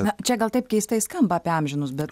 na čia gal taip keistai skamba apie amžinus bet